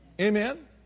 Amen